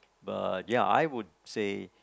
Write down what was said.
but ya I would say